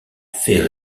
faits